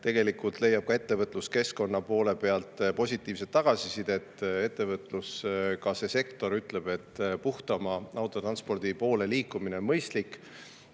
allikatest, leiab ettevõtluskeskkonna poole pealt positiivset tagasisidet. Ka see sektor ütleb, et puhtama autotranspordi poole liikumine on mõistlik.